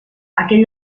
aquell